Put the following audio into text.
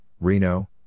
Reno